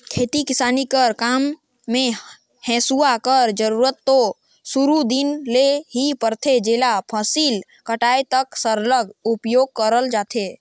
खेती किसानी कर काम मे हेसुवा कर जरूरत दो सुरू दिन ले ही परथे जेला फसिल कटाए तक सरलग उपियोग करल जाथे